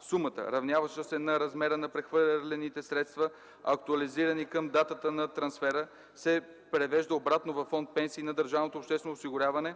сумата, равняваща се на размера на прехвърлените средства, актуализирани към датата на трансфера, се превежда обратно във фонд „Пенсии” на държавното обществено осигуряване